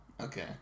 Okay